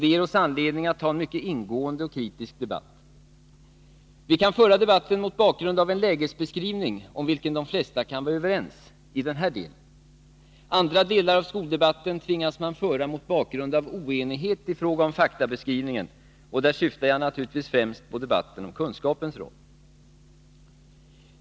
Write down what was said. Det ger oss anledning att ta en mycket ingående och kritisk debatt. Vi kan föra debatten mot bakgrund av en lägesbeskrivning om vilken de flesta kan vara överens i den här delen. Andra delar av skoldebatten tvingas man föra mot bakgrund av oenighet i fråga om faktabeskrivningen: jag syftar givetvis främst på debatten om kunskapens roll.